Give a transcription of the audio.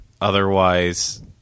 Otherwise